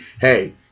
hey